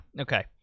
Okay